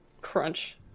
crunch